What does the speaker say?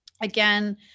Again